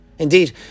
Indeed